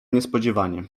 niespodziewanie